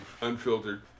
unfiltered